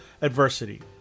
adversity